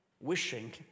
wishing